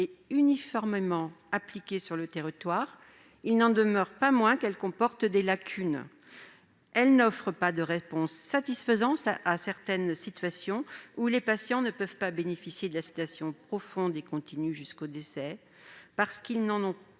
uniformément appliquée sur le territoire, il n'en demeure pas moins qu'elle comporte des lacunes. Elle n'offre pas de réponse satisfaisante dans certaines situations dans lesquelles les patients ne peuvent pas bénéficier de la sédation profonde et continue jusqu'au décès parce qu'ils ne